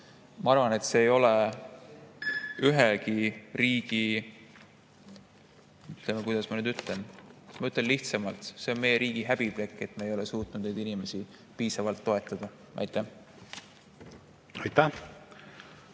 Ma arvan, et see ei ole ühegi riigi … Kuidas ma nüüd ütlen? Ma ütlen lihtsamalt: see on meie riigi häbiplekk, et me ei ole suutnud neid inimesi piisavalt toetada. Aitäh! Aitäh!